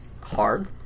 hard